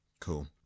Cool